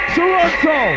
Toronto